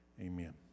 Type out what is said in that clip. amen